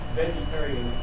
vegetarian